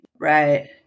Right